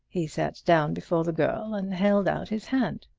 he sat down before the girl and held out his hand.